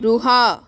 ରୁହ